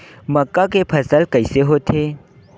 मक्का के फसल कइसे होथे?